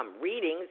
Readings